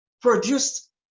produced